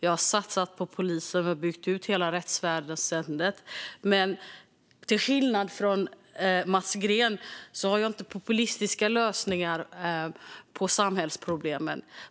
Vi har satsat på polisen och byggt ut hela rättsväsendet. Till skillnad från Mats Green har jag inte populistiska lösningar på samhällsproblemen.